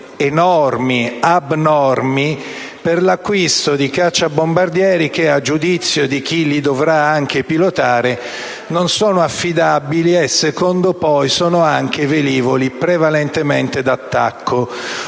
enormi, abnormi per l'acquisto di cacciabombardieri che, a giudizio di chi li dovrà anche pilotare, non sono affidabili. Si tratta inoltre di velivoli prevalentemente d'attacco,